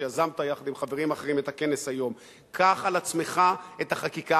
שיזמת יחד עם חברים אחרים את הכנס היום: קח על עצמך את החקיקה